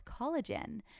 collagen